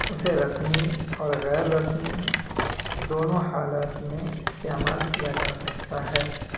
اسے رسمی اور غیر رسمی دونوں حالت میں استعمال کیا جا سکتا ہے